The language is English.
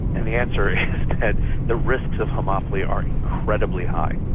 and the answer is that the risks of homophily are incredibly high.